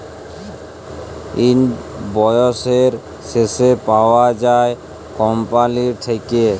yield বসরের শেষে পাউয়া যায় কম্পালির থ্যাইকে